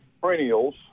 perennials